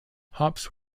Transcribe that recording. hops